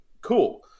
cool